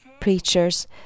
preachers